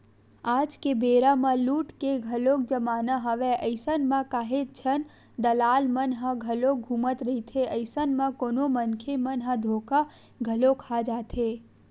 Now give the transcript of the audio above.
आज के बेरा म लूट के घलोक जमाना हवय अइसन म काहेच झन दलाल मन ह घलोक घूमत रहिथे, अइसन म कोनो मनखे मन ह धोखा घलो खा जाथे